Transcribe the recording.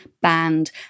banned